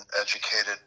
educated